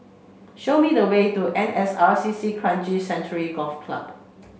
show me the way to N S R C C Kranji Sanctuary Golf Club